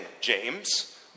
James